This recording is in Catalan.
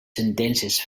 sentències